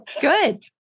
good